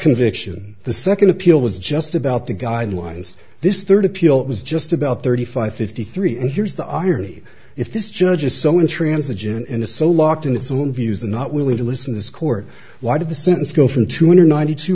conviction the second appeal was just about the guidelines this third appeal was just about thirty five fifty three and here's the irony if this judge is so intransigent in the so locked in its own views and not willing to listen this court why did the sentence go from two hundred ninety two